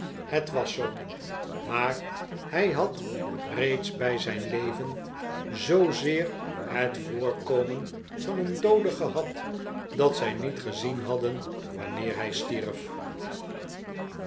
het was zoo maar hij had reeds bij zijn leven zoozeer het voorkomen van een doode gehad dat zij niet gezien hadden wanneer hij stierf